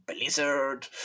blizzard